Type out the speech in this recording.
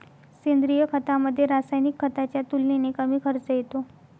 सेंद्रिय खतामध्ये, रासायनिक खताच्या तुलनेने कमी खर्च येतो